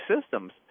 systems